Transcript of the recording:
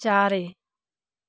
चारि